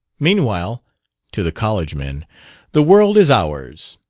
meanwhile to the college men the world is ours.